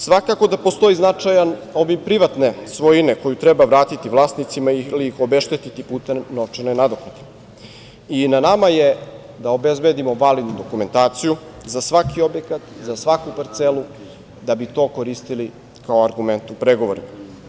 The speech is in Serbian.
Svakako da postoji značajan obim privatne svojine koju treba vratiti vlasnicima ili ih obeštetiti putem novčane nadoknade i na nama je da obezbedimo validnu dokumentaciju za svaki objekat, za svaku parcelu da bi to koristili kao argument u pregovorima.